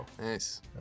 Nice